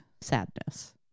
sadness